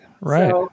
right